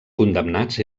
condemnats